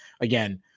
Again